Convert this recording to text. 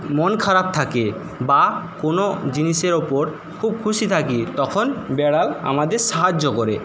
মন খারাপ থাকে বা কোন জিনিসের ওপর খুব খুশি থাকি তখন বিড়াল আমাদের সাহায্য করে